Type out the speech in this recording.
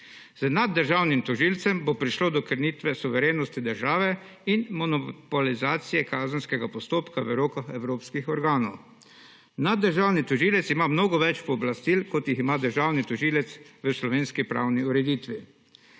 Z naddržavnim tožilcem bo prišlo do krnitve suverenosti države in monopolizacije kazenskega postopka v rokah evropskih organov. Naddržavni tožilec ima mnogo več pooblastil, kot jih ima državni tožilec v slovenski pravni ureditvi.